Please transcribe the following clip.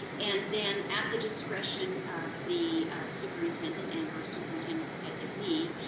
and then at the discretion of the superintendent, and or superintendent's designee,